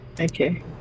okay